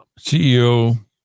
CEO